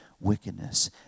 wickedness